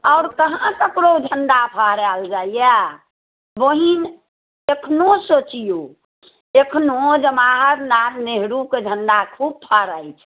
आओर कहाँ ककरो झण्डा फहरायल जाइया बहिन एखनो सोचिऔ एखनो जवाहरलाल नेहरूके झण्डा खुब फहराइत छै